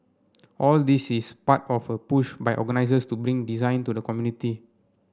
all this is part of a push by organisers to bring design to the community